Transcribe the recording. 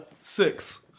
Six